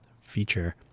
feature